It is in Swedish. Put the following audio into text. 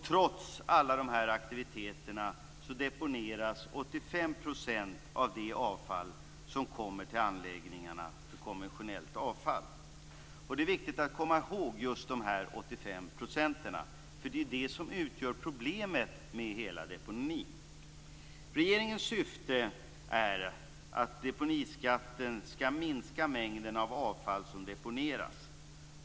Trots alla de här aktiviteterna deponeras 85 % av det avfall som kommer till anläggningarna som konventionellt avfall. Det är viktigt att komma ihåg just de här 85 procenten. Det är de som utgör problemet med hela deponin. Regeringens syfte är att deponiskatten skall minska mängden avfall som deponeras.